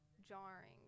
jarring